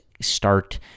start